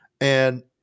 And-